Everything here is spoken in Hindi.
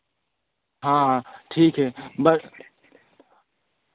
हाँ ठीक है बस